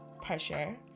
pressure